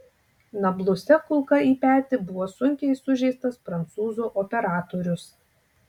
nabluse kulka į petį buvo sunkiai sužeistas prancūzų operatorius